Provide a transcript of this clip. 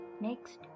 Next